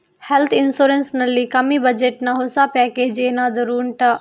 health insurance ನಲ್ಲಿ ಕಮ್ಮಿ budget ನ ಹೊಸ ಪ್ಯಾಕೇಜ್ ಏನಾದರೂ ಉಂಟಾ